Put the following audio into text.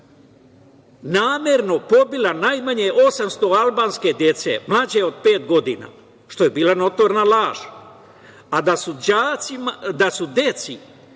namerno pobila najmanje 800 albanske dece, mlađe od pet godina, što je bila notorna laž, a da su